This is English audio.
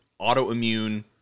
autoimmune